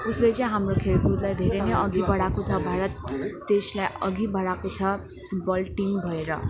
जसले चाहिँ हाम्रो खेलकुदलाई धेरै नै अघि बढाएको छ भारत देशलाई अघि बढाएको छ फुटबल टिम भएर